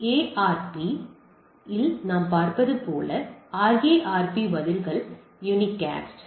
ARP இல் நாம் பார்த்தது போல RARP பதில்கள் யூனிகாஸ்ட்